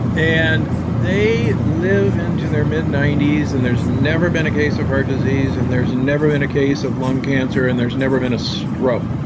and they live into their mid ninety s, and there has never been a case of heart disease, and there has never been a case of lung cancer, and there has never been a stroke.